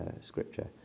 scripture